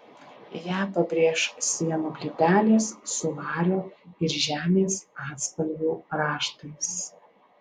ją pabrėš sienų plytelės su vario ir žemės atspalvių raštais